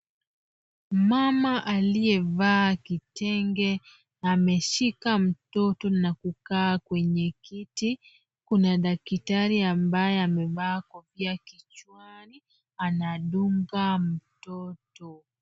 Mama aliyevaa kitenge ameshika mtoto na kukaa kwenye kiti. Kuna daktari ambaye amevaa kofia kichwani anadunga mtoto.